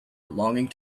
belonging